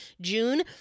June